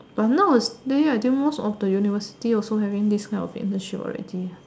but nowadays I think most of the university also having this kind of internship already lah